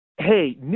Hey